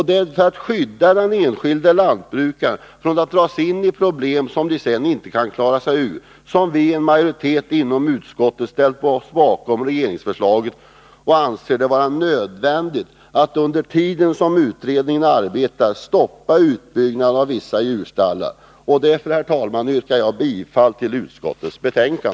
Det är för att skydda den enskilda lantbrukaren från att dras in i problem som han sedan inte kan klara sig ur som vi inom majoriteten i utskottet har ställt oss bakom regeringens förslag och anser det vara nödvändigt att under den tid som utredningen arbetar stoppa utbyggnaden av vissa djurstallar. Därför, herr talman, yrkar jag bifall till utskottets hemställan.